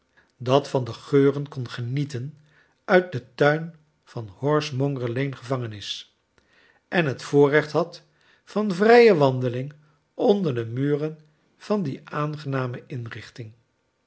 dat van de geuren kon genieten uit den tuin van de horsemonger lane gevangenis en het voorrecht had van vrije wandeling onder de muren van die aangename inrichting